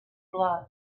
blood